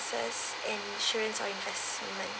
insurance or investment